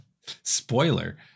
Spoiler